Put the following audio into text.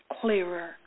clearer